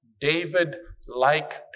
David-like